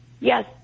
yes